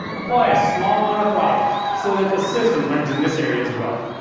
apply a small amount of throttle so that the system learns in this area as well.